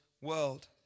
world